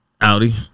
Audi